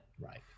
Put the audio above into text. Right